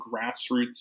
grassroots